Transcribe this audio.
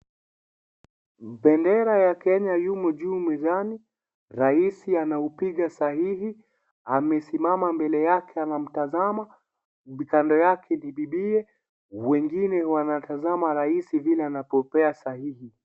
Bendera ya kenya yumo juu mezani. Rais anaupiga sahihi. Amesimama mbele yake anamtazamo. Kando yake bibiye. Wengine wanatazama rais vile anapopea sahihi.